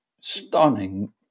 stunning